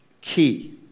key